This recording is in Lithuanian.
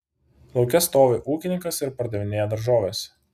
lauke stovi ūkininkas ir pardavinėja daržoves